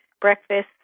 breakfast